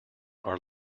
are